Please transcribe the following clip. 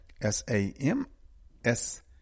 S-A-M-S